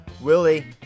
Willie